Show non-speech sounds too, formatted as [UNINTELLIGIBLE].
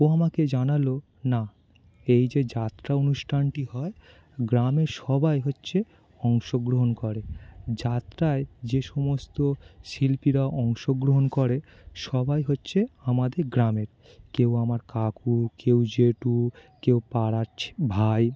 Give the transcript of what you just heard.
ও আমাকে জানাল না এই যে যাত্রা অনুষ্ঠানটি হয় গ্রামে সবাই হচ্ছে অংশগ্রহণ করে যাত্রায় যে সমস্ত শিল্পীরা অংশগ্রহণ করে সবাই হচ্ছে আমাদের গ্রামের কেউ আমার কাকু কেউ জেঠু কেউ পাড়ার [UNINTELLIGIBLE] ভাই